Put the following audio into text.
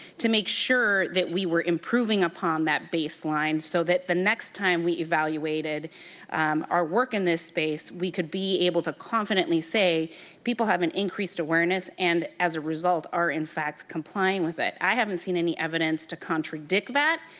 to make sure that we were improving upon that baseline, so that the next time we evaluated our work in this space we would be able to confidently say people have an increased awareness and as a result are in fact complying with it. i have not seen any evidence to contradict that.